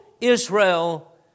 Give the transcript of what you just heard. Israel